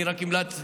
אני רק המלצתי.